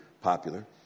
popular